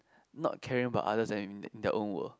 not caring about others and in their own world